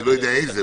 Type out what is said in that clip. אני לא ידוע איזה,